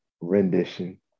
rendition